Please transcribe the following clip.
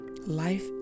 Life